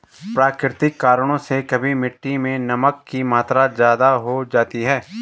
प्राकृतिक कारणों से कभी मिट्टी मैं नमक की मात्रा ज्यादा हो जाती है